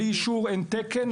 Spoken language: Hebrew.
בלי אישור אין תקן.